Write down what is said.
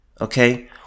okay